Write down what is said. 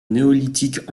néolithique